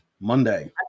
Monday